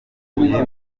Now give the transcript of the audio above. mbere